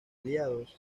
aliados